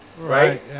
Right